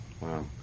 wow